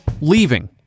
Leaving